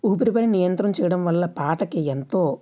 ఊపిరిపైన నియంత్రణ చేయడం వల్ల పాటకి ఎంతో